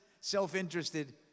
self-interested